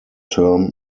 term